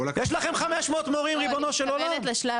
יש לכם 500 מורים, ריבונו של עולם.